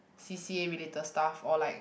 C_C_A related stuff or like